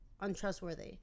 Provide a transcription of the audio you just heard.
untrustworthy